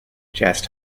just